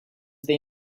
they